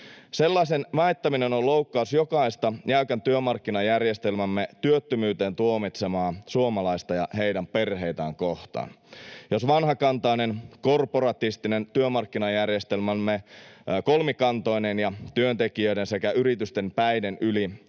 Sellaisen väittäminen on loukkaus jokaista jäykän työmarkkinajärjestelmämme työttömyyteen tuomitsemaa suomalaista ja heidän perheitään kohtaan. Jos vanhakantainen, korporatistinen työmarkkinajärjestelmämme kolmikantoineen ja työntekijöiden sekä yritysten päiden yli